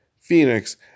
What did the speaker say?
Phoenix